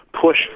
push